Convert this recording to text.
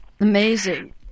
Amazing